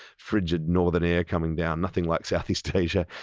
frigid northern air coming down, nothing like southeast asia.